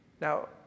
now